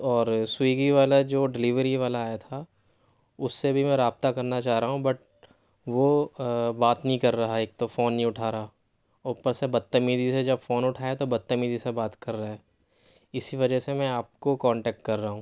اور سوئگی والا جو ڈلیوری والا آیا تھا اُس سے بھی میں رابطہ کرنا چاہ رہا ہوں بٹ وہ بات نہیں کر رہا ہے ایک تو فون نہیں اُٹھا رہا اُوپر سے بد تمیزی سے جب فون اُٹھایا تو بد تمیزی سے بات کر رہا ہے اِسی وجہ سے میں آپ کو کونٹیکٹ کر رہا ہوں